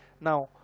now